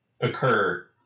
occur